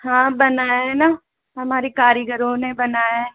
हाँ बनाया है न हमारी कारीगरों ने बनाया है